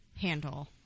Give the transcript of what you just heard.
handle